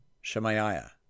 Shemaiah